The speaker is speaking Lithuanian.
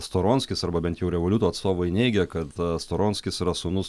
storonskis arba bent jau revoliuto atstovai neigia kad storonskis yra sūnus